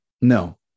No